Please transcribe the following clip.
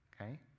Okay